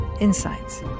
insights